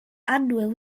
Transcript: annwyl